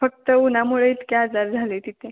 फक्त उन्हामुळे इतके आजार झाले आहेत इथे